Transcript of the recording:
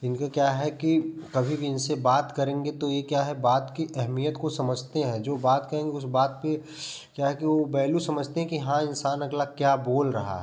इनके क्या है कि कभी भी इनसे बात करेंगे तो ये क्या है बात की एहमियत को समझते हैं जो बात कहेंगे उस बात पे क्या है कि वो बैलू समझते हैं कि हाँ इंसान अगला क्या बोल रहा है